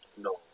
No